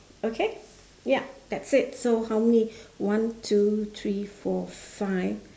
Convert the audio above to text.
okay ya that's it so how many one two three four five